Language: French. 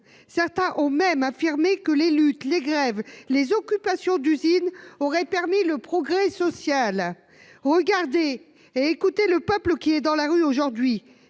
Certains ont même affirmé que les luttes, les grèves et les occupations d'usines auraient permis le progrès social. Regardez et écoutez le peuple qui est dans la rue aujourd'hui